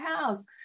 house